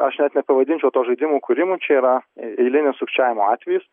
aš net nepavadinčiau to žaidimų kūrimu čia yra eilinis sukčiavimo atvejis